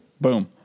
Boom